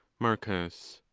marcus.